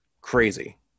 crazy